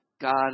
God